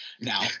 now